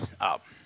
up